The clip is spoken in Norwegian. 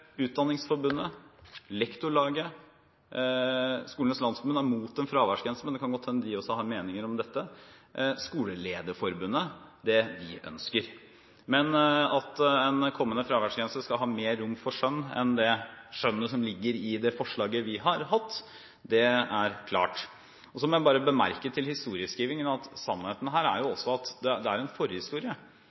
Utdanningsforbundet, Lektorlaget, Skolenes landsforbund – de er mot en fraværsgrense, men det kan godt hende de også har meninger om dette – og Skolelederforbundet ønsker. Men at en kommende fraværsgrense skal ha mer rom for skjønn enn det skjønnet som ligger i det forslaget vi har hatt, det er klart. Så må jeg bare bemerke til historieskrivingen at sannheten her er også at det er en